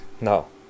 No